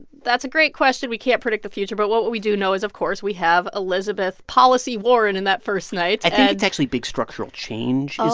that's a great question. we can't predict the future. but what what we do know is, of course, we have elizabeth policy warren in that first night i think it's actually big structural change. oh. is